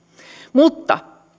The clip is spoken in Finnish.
mutta